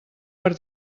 per